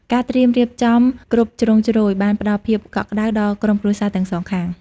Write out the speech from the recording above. ការត្រៀមរៀបចំគ្រប់ជ្រុងជ្រោយបានផ្តល់ភាពកក់ក្តៅដល់ក្រុមគ្រួសារទាំងសងខាង។